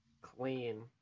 Clean